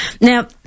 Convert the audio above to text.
Now